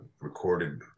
recorded